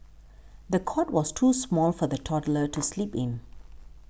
the cot was too small for the toddler to sleep in